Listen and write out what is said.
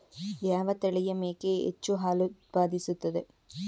ಯಾವ ತಳಿಯ ಮೇಕೆ ಹೆಚ್ಚು ಹಾಲು ಉತ್ಪಾದಿಸುತ್ತದೆ?